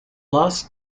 last